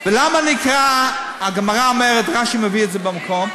ולמה נקרא, הגמרא אומרת, רש"י מביא את זה במקום,